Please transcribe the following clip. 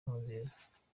nkurunziza